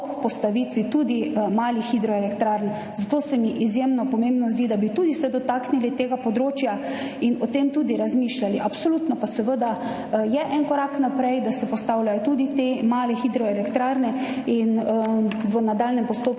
postavitvi tudi malih hidroelektrarn, zato se mi zdi izjemno pomembno, da bi se dotaknili tudi tega področja in o tem tudi razmišljali. Absolutno pa je seveda en korak naprej, da se postavljajo tudi te male hidroelektrarne in v nadaljnjem postopku